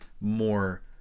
more